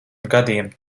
gadiem